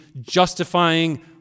justifying